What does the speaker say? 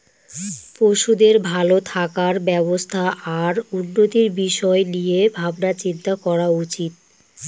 পশুদের ভালো থাকার ব্যবস্থা আর উন্নতির বিষয় নিয়ে ভাবনা চিন্তা করা উচিত